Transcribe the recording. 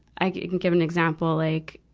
i can give an example. like,